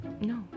No